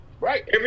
Right